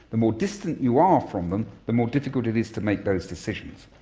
the more distant you are from them, the more difficult it is to make those decisions.